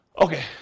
Okay